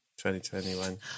2021